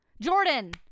Jordan